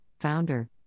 Founder